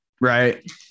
right